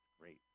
Great